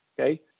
okay